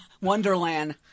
Wonderland